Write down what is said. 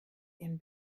ihren